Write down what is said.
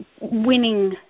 winning